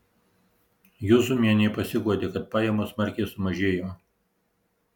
juzumienė pasiguodė kad pajamos smarkiai sumažėjo